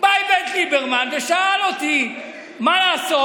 בא איווט ליברמן ושאל אותי מה לעשות.